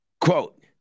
Quote